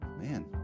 man